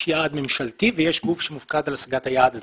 יש יעד ממשלתי ויש גוף שמופקד על השגת היעד הזה